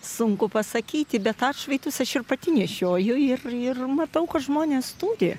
sunku pasakyti bet atšvaitus aš ir pati nešioju ir ir matau kad žmonės turi